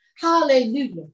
Hallelujah